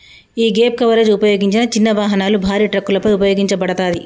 యీ gap coverage ఉపయోగించిన చిన్న వాహనాలు, భారీ ట్రక్కులపై ఉపయోగించబడతాది